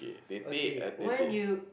okay when you